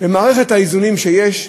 במערכת האיזונים שיש,